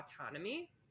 autonomy